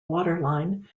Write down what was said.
waterline